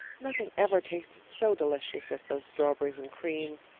nothing ever tasted so delicious as those strawberries and cream,